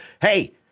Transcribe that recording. Hey